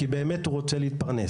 כי הוא באמת רוצה להתפרנס,